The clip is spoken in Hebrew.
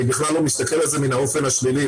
אני בכלל לא מסתכל על זה מהאופן השלילי,